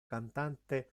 cantante